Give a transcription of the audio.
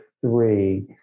three